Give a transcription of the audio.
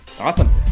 awesome